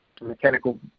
mechanical